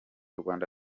rwanda